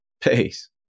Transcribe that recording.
Peace